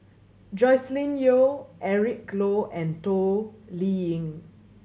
Joscelin Yeo Eric Low and Toh Liying